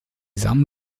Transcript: samen